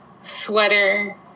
sweater